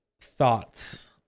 thoughts